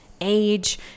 age